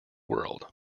world